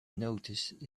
noticed